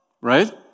right